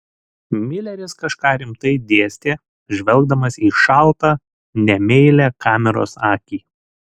mileris kažką rimtai dėstė žvelgdamas į šaltą nemeilią kameros akį